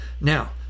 Now